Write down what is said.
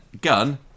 Gun